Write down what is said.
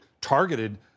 targeted